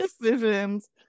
decisions